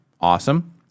awesome